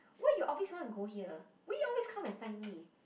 why you always wanna go here why you always come and find me